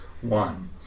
one